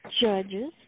judges